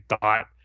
thought